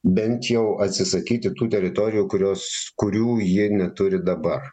bent jau atsisakyti tų teritorijų kurios kurių ji neturi dabar